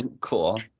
cool